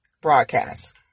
broadcast